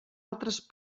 altres